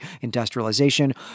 industrialization